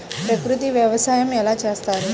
ప్రకృతి వ్యవసాయం ఎలా చేస్తారు?